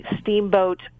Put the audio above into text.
steamboat